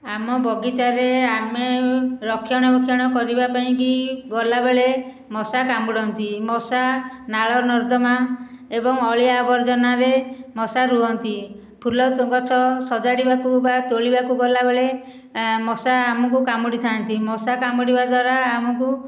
ଆମ ବଗିଚାରେ ଆମେ ରକ୍ଷଣାବେକ୍ଷଣ କରିବା ପାଇଁକି ଗଲାବେଳେ ମଶା କାମୁଡ଼ନ୍ତି ମଶା ନାଳନର୍ଦ୍ଦମା ଏବଂ ଅଳିଆ ଆବର୍ଜନାରେ ମଶା ରୁହନ୍ତି ଫୁଲଗଛ ସଜାଡ଼ିବାକୁ ବା ତୋଳିବାକୁ ଗଲାବେଳେ ମଶା ଆମକୁ କାମୁଡ଼ିଥାନ୍ତି ମଶା କାମୁଡ଼ିବା ଦ୍ଵାରା ଆମକୁ